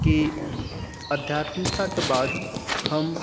कि आध्यात्मिकताके बाद हम